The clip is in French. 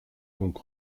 donc